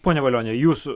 pone valioni jūsų